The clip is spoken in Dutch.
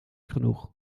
genoeg